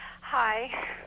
Hi